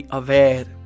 aware